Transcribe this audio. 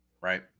Right